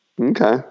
Okay